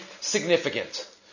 significant